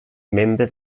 membre